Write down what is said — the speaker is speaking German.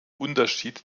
unterschied